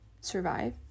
survive